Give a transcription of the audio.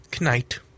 Knight